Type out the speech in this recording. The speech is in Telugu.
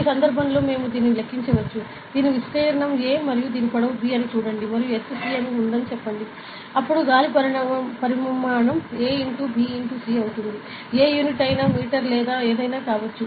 ఈ సందర్భంలో మేము దీనిని లెక్కించవచ్చు ఇది విస్తీర్ణం a మరియు ఇది పొడవు b అని చూడండి మరియు ఎత్తు c ఉందని చెప్పండి అప్పుడు గాలి పరిమాణం a x b x c అవుతుంది ఏ యూనిట్ అయినా మీటర్ లేదా ఏదైనా కావచ్చు